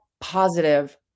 positive